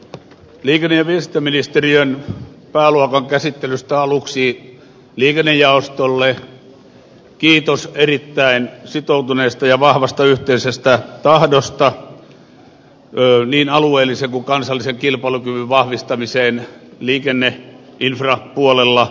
liikenne ja viestintäministeriön pääluokan käsittelystä aluksi liikennejaostolle kiitos erittäin sitoutuneesta ja vahvasta yhteisestä tahdosta niin alueellisen kuin kansallisen kilpailukyvyn vahvistamiseen liikenneinfrapuolella